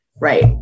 Right